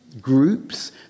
groups